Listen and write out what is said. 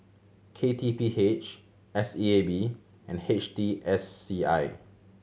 K T P H S E A B and H T S C I